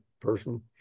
person